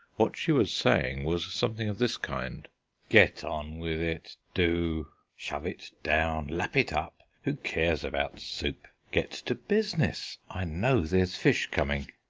what she was saying was something of this kind get on with it, do shove it down, lap it up! who cares about soup? get to business. i know there's fish coming.